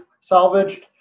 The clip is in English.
salvaged